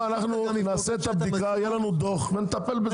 נעשה את הבדיקה, יהיה לנו דוח ונטפל בזה.